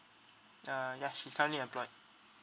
uh ya she's currently employed